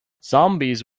zombies